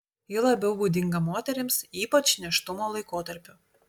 ji labiau būdinga moterims ypač nėštumo laikotarpiu